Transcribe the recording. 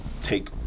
take